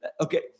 okay